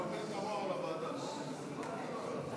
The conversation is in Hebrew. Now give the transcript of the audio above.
בעד, 32,